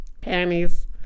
Panties